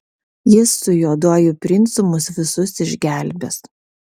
jis su juoduoju princu mus visus išgelbės